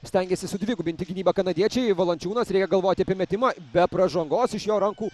stengiasi sudvigubinti gynybą kanadiečiai valančiūnas reikia galvoti apie metimą be pražangos iš jo rankų